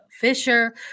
Fisher